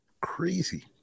Crazy